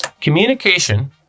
Communication